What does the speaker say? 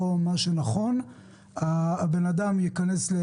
אני אומר כמה מלים בכלליות ובינתיים מי שרוצה להתייחס,